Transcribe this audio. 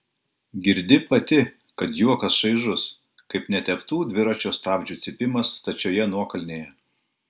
girdi pati kad juokas šaižus kaip neteptų dviračio stabdžių cypimas stačioje nuokalnėje